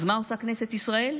אז מה עושה כנסת ישראל?